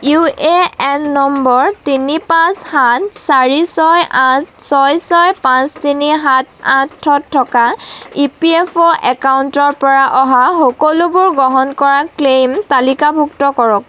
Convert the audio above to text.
U A N number তিনি পাঁচ সাত চাৰি ছয় আঠ ছয় ছয় পাঁচ তিনি সাত আঠ ত থকা মোৰ ই পি এফ অ' একাউণ্টৰ পৰা অহা সকলোবোৰ গ্ৰহণ কৰা ক্লেইম তালিকাভুক্ত কৰক